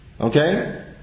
Okay